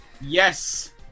Yes